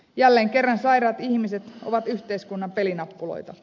jälleen kerran sairaat ihmiset ovat yhteiskunnan pelinappuloita